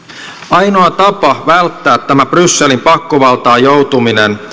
ainoa tapa välttää tämä brysselin pakkovaltaan joutuminen